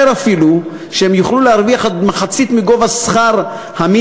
להם אפילו להרוויח עד מחצית מגובה המינימום,